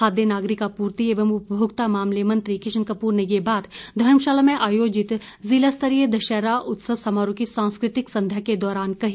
खाद्य नागरिक आपूर्ति एवं उपभोक्ता मामले मंत्री किशन कपूर ने ये बात धर्मशाला में आयोजित जिला स्तरीय दशहरा उत्सव समारोह की सांस्कृतिक संध्या के दौरान कही